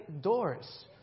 doors